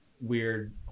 weird